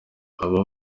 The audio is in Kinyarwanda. aba